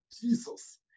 Jesus